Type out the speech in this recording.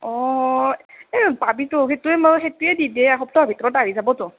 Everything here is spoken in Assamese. অ' এই পাবিতো সেইটোৱে সেইটোৱে দি দে এক সপ্তাহৰ ভিতৰত আহি যাব ত